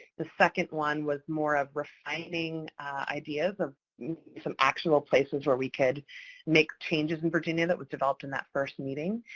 the second one was more refining ideas of some actual places where we could make changes in virginia that was developed in that first meeting,